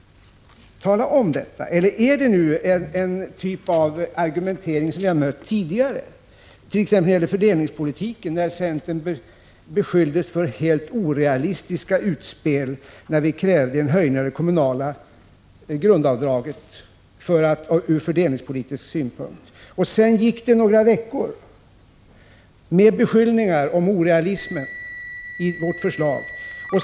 Tala om detta! Eller är detta en sådan typ av argumentering som jag har mött tidigare, t.ex. när det gällde fördelningspolitiken? Centern beskylldes för helt orealistiska utspel när vi av fördelningspolitiska skäl krävde en höjning av det kommunala grundavdraget. Det gick några veckor med beskyllningar om bristande realism i vårt förslag.